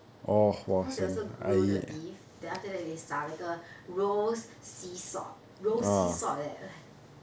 because they also grew the beef then after that they 洒那个 rose sea salt rose sea salt leh like